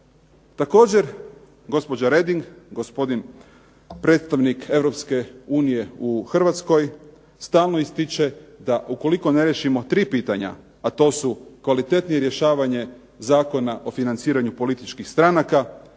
Također, gospođa Redding, gospodin predstavnik EU u Hrvatskoj stalno ističe da ukoliko ne riješimo 3 pitanja, a to su kvalitetnije rješavanje Zakona o financiranju političkih stranaka,